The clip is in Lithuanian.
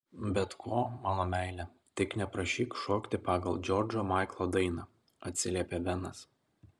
bet ko mano meile tik neprašyk šokti pagal džordžo maiklo dainą atsiliepė benas